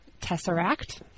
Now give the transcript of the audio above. Tesseract